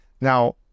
Now